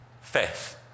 faith